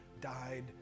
died